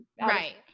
Right